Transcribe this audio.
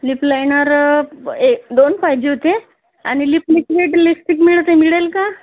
lip liner ब ए दोन पाहिजे होते आणि लिप लिक्विड लिस्टिक मिळते मिळेल का